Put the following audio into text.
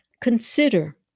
consider